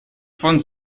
von